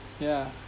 yeah